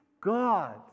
God